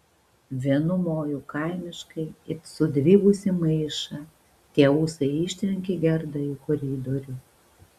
vienu moju kaimiškai it sudribusį maišą tie ūsai ištrenkė gerdą į koridorių